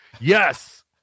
yes